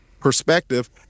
perspective